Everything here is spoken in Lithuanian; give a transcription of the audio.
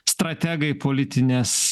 strategai politinės